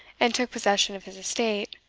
and took possession of his estate,